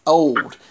old